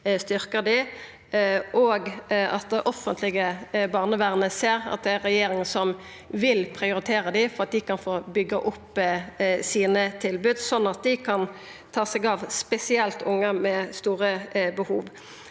og at det offentlege barnevernet ser at det er ei regjering som vil prioritera dei så dei kan få byggja opp sine tilbod, slik at dei kan ta seg av – spesielt – unge med store behov.